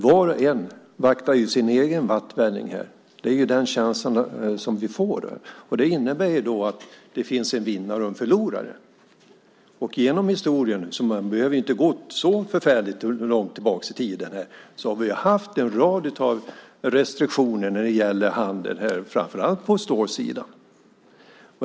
Var och en vaktar ju sin egen vattvälling - det är den känslan som vi får. Det innebär att det finns en vinnare och en förlorare. Genom historien - man behöver inte gå så förfärligt långt tillbaka i tiden - har vi haft en rad av restriktioner när det gäller handel, framför allt på stålsidan.